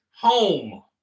home